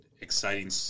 exciting